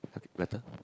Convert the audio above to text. okay better